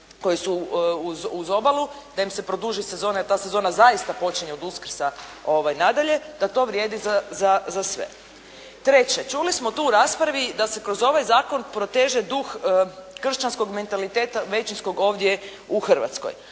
koji su uz obalu da im se produži sezona, jer ta sezona zaista počinje od Uskrsa na dalje, da to vrijedi za sve. Treće, čuli smo tu u raspravi da se kroz ovaj zakon proteže duh kršćanskog mentaliteta većinskog ovdje u Hrvatskoj.